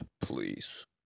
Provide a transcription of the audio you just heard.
please